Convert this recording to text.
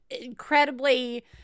incredibly